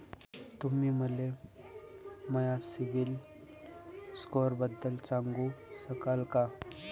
तुम्ही मले माया सीबील स्कोअरबद्दल सांगू शकाल का?